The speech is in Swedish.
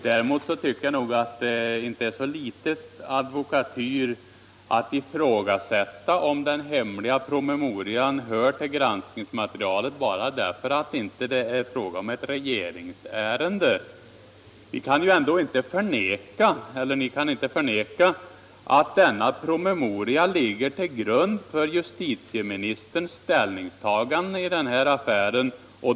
Däremot är det, tycker jag, inte så litet advokatyr att ifrågasätta om den hemliga promemorian hör till granskningsmaterialet, bara därför att det inte är fråga om ett regeringsärende. Ni kan ändå inte förneka att promemorian ligger till grund för justitieministerns ställningstagande i denna affär.